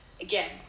again